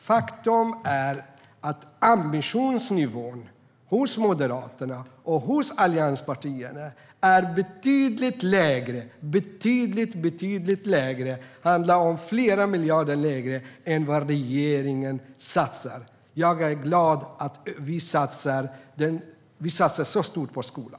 Faktum är att ambitionsnivån hos Moderaterna och övriga allianspartier är betydligt lägre, flera miljarder lägre, än regeringens. Jag är glad att vi satsar så stort på skolan.